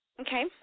Okay